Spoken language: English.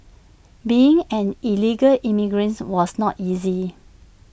being an illegal immigrant was not easy